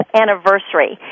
anniversary